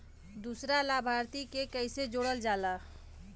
दूसरा लाभार्थी के कैसे जोड़ल जाला?